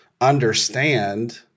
understand